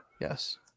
Yes